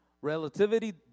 Relativity